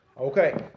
Okay